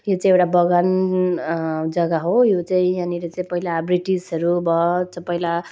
यो चाहिँ एउटा बगान जग्गा हो यो चाहिँ यहाँनिर चाहिँ पहिला ब्रिटिसहरू भयो च पहिला